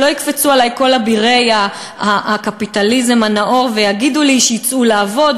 שלא יקפצו עלי כל אבירי הקפיטליזם הנאור ויגידו לי: שיצאו לעבוד,